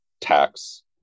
tax